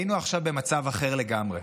היינו עכשיו במצב אחר לגמרי.